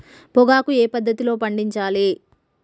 పొగాకు ఏ పద్ధతిలో పండించాలి?